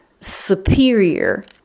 superior